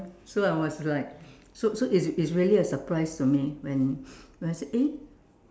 so I was like so so it's it's really a surprise to me when when I said eh